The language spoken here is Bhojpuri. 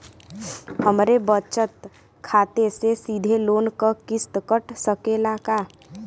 हमरे बचत खाते से सीधे लोन क किस्त कट सकेला का?